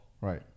Right